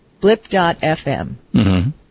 blip.fm